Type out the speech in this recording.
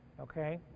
okay